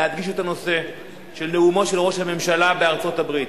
להדגיש את הנושא של נאומו של ראש הממשלה בארצות-הברית.